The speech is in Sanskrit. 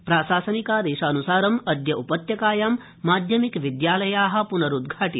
प्राशासनिकादेशन्सारम् अद्य उपत्यकायां माध्यमिक विद्यालया प्नरुद्घाटिता